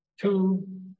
two